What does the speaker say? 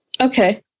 Okay